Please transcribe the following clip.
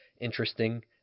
interesting